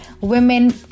women